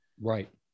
right